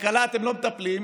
בכלכלה אתם לא מטפלים,